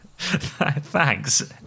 Thanks